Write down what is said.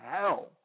hell